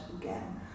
again